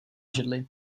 židli